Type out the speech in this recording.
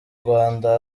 rwanda